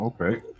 Okay